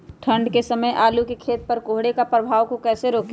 ठंढ के समय आलू के खेत पर कोहरे के प्रभाव को कैसे रोके?